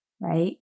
Right